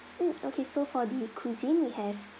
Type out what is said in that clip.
mm okay so for the cuisine we have